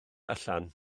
allan